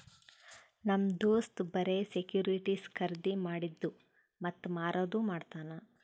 ನಮ್ ದೋಸ್ತ್ ಬರೆ ಸೆಕ್ಯೂರಿಟಿಸ್ ಖರ್ದಿ ಮಾಡಿದ್ದು ಮತ್ತ ಮಾರದು ಮಾಡ್ತಾನ್